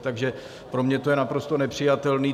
Takže pro mě to je naprosto nepřijatelné.